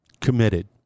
committed